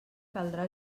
caldrà